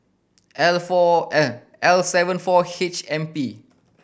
L four N L seven four H M P